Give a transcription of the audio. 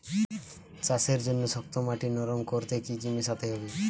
চাষের জন্য শক্ত মাটি নরম করতে কি কি মেশাতে হবে?